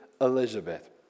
Elizabeth